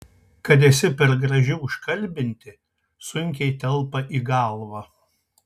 kad esi per graži užkalbinti sunkiai telpa į galvą